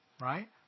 right